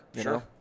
sure